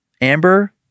Amber